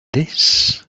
this